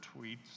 tweets